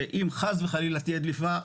שאם חס וחלילה תהיה דליפה,